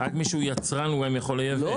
לא.